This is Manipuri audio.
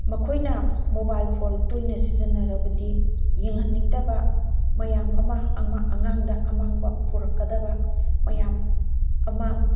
ꯃꯈꯣꯏꯅ ꯃꯣꯕꯥꯏꯜ ꯐꯣꯜ ꯇꯣꯏꯅ ꯁꯤꯖꯟꯅꯔꯕꯗꯤ ꯌꯦꯡꯍꯟꯅꯤꯡꯗꯕ ꯃꯌꯥꯝ ꯑꯃ ꯑꯉꯥꯡꯗ ꯑꯃꯥꯡꯕ ꯄꯣꯔꯛꯀꯗꯕ ꯃꯌꯥꯝ ꯑꯃ